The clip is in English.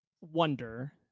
wonder